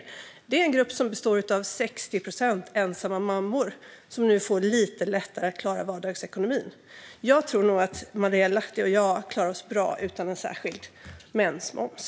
Detta är en grupp som till 60 procent består av ensamma mammor, som nu får det lite lättare att klara vardagsekonomin. Jag tror nog att Marielle Lahti och jag klarar oss bra utan en särskild mensmoms.